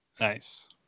Nice